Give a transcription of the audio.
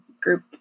group